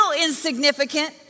insignificant